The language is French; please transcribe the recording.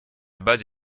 base